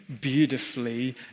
beautifully